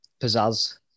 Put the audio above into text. pizzazz